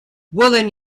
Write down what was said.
woolen